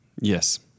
Yes